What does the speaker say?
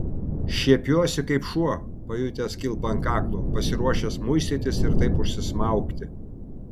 šiepiuosi kaip šuo pajutęs kilpą ant kaklo pasiruošęs muistytis ir taip užsismaugti